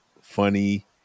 funny